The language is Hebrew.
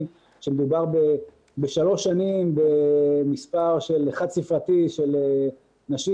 שמדובר בשלוש שנים במספר של חד-ספרתי של נשים,